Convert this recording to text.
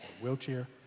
wheelchair